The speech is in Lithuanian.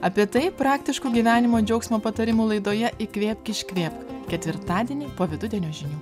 apie tai praktiškų gyvenimo džiaugsmo patarimų laidoje įkvėpk iškvėpk ketvirtadienį po vidudienio žinių